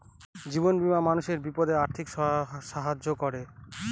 জীবন বীমা মানুষের বিপদে আর্থিক সাহায্য করে